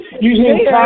using